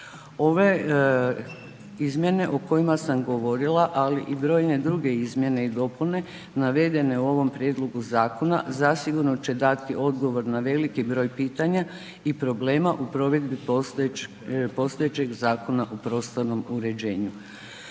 Ove izmjene o kojima sam govorila, ali i brojne druge izmjene i dopune navedene u ovom prijedlogu zakona, zasigurno će dati odgovor na veliki broj pitanja i problema u provedbi postojećeg Zakona o prostornom uređenju.